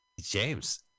James